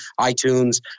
iTunes